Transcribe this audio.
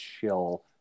chill